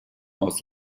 aus